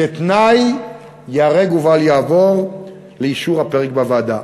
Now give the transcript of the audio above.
כתנאי ייהרג ובל יעבור לאישור הפרק בוועדה.